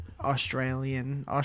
Australian